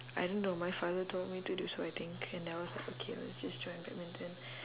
I don't know my father told me to do so I think and I was like okay lah let's just join badminton